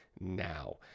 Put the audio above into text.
now